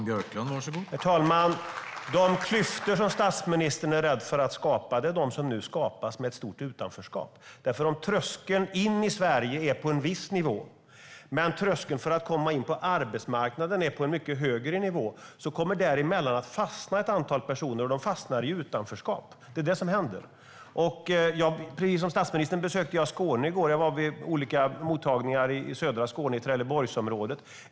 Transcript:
Herr talman! De klyftor som statsministern är rädd för att skapa är de som nu skapas med ett stort utanförskap. Om tröskeln in i Sverige är på en viss nivå medan tröskeln för att komma in på arbetsmarknaden är på en mycket högre nivå kommer däremellan att fastna ett antal personer, och de fastnar i utanförskap. Det är det som händer. Precis som statsministern besökte jag Skåne i går. Jag var vid olika mottagningar i södra Skåne, i Trelleborgsområdet.